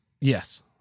Yes